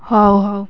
ହଉ ହଉ